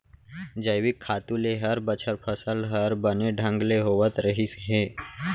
जैविक खातू ले हर बछर फसल हर बने ढंग ले होवत रहिस हे